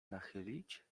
nachylić